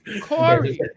corey